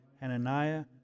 Hananiah